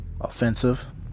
offensive